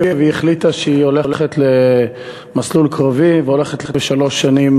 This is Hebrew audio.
היא החליטה שהיא הולכת למסלול קרבי והולכת לשלוש שנים